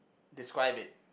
describe it